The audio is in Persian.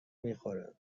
میخورم